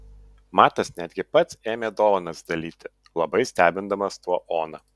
matas netgi pats ėmė dovanas dalyti labai stebindamas tuo oną